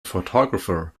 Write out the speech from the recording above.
photographer